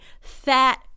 fat